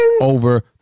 over